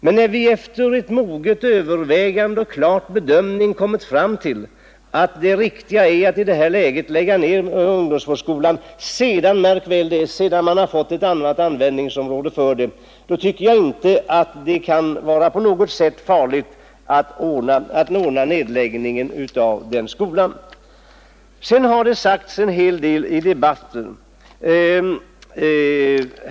Men när vi efter ett moget övervägande och en klar bedömning har kommit fram till att det riktiga i detta läge är att lägga ned ungdomsvårdsskolan, sedan — märk väl detta — man har fått ett annat användningsområde för lokaliteterna, tycker jag att det inte kan vara på något sätt felaktigt att besluta om en nedläggning. Det har sagts en hel del i debatten.